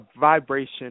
vibration